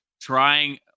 trying